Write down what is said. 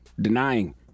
denying